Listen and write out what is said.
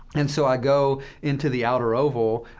and so i go into the outer oval,